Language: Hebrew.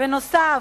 בנוסף,